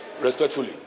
Respectfully